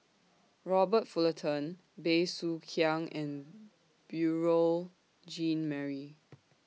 Robert Fullerton Bey Soo Khiang and Beurel Jean Marie